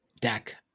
deck